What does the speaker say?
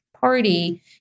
party